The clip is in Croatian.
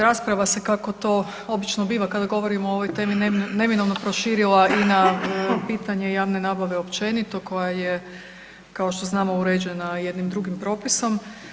Rasprava se kako to obično biva kad govorimo o ovoj temi neminovno proširila i na pitanje javne nabave općenito koja je kao što znamo uređena jednim drugim propisom.